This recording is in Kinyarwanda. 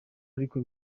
ariko